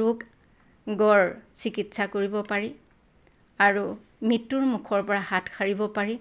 ৰোগৰ চিকিৎসা কৰিব পাৰি আৰু মৃত্যুৰ মুখৰ পৰা হাত সাৰিব পাৰি